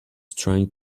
trying